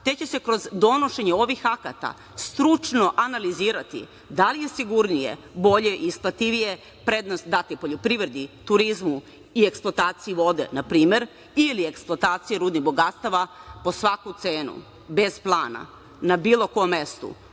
te će se kroz donošenje ovih akata stručno analizirati da li je sigurnije, bolje i isplativije prednost dati poljoprivredi, turizmu i eksploataciji vode, na primer, ili eksploataciji rudnih bogatstava po svaku cenu bez plana, na bilo kom mestu,